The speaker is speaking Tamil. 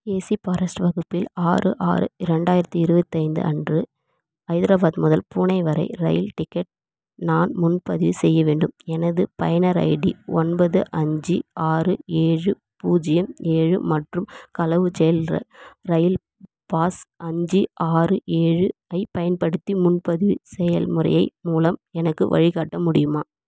ஏசி பாரஸ்ட் வகுப்பில் ஆறு ஆறு இரண்டாயிரத்தி இருபத்தைந்து அன்று ஐதராபாத் முதல் பூனே வரை ரயில் டிக்கெட் நான் முன்பதிவு செய்ய வேண்டும் எனது பயனர் ஐடி ஒன்பது அஞ்சு ஆறு ஏழு பூஜ்யம் ஏழு மற்றும் களவுச் செயல் ர ரயில் பாஸ் அஞ்சு ஆறு ஏழு ஐ பயன்படுத்தி முன்பதிவு செயல்முறையை மூலம் எனக்கு வழிகாட்ட முடியுமா